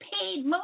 paid